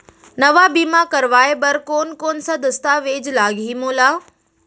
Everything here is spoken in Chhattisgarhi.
नवा बीमा करवाय बर कोन कोन स दस्तावेज लागही मोला?